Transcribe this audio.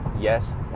yes